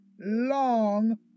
long